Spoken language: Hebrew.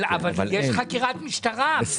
אבל יש חקירת משטרה.